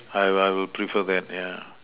I'll I'll prefer that yeah